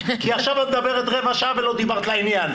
כי עכשיו את מדברת רבע שעה ולא דיברת לעניין.